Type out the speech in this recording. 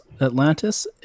Atlantis